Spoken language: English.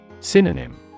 Synonym